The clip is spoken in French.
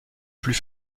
plus